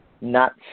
nuts